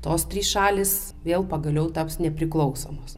tos trys šalys vėl pagaliau taps nepriklausomos